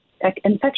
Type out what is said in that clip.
infection